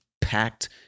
packed